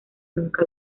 nunca